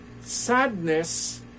Sadness